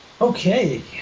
Okay